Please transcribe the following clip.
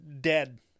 dead